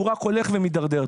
הוא רק הולך ומידרדר.